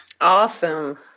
Awesome